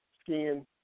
skin